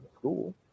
school